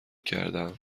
کردهام